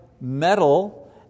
metal